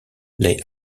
lay